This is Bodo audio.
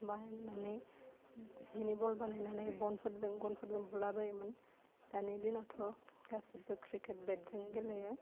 बाहायनानै जिनि बल बानायनानै बनफोरजों गनफोरजों बुला बायोमोन दानि दिनावथ' गासिबो क्रिकेट बेदजों गेलेयो